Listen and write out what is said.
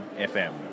FM